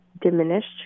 diminished